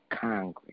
congress